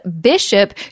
Bishop